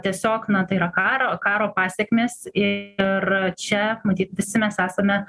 tiesiog na tai yra karo karo pasekmės ir čia matyt visi mes esame